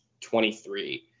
23